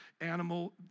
animal